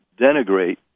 denigrate